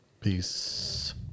Peace